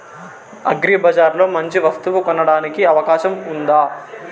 అగ్రిబజార్ లో మంచి వస్తువు కొనడానికి అవకాశం వుందా?